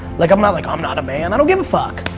like i'm not like i'm not a man. i don't give a fuck.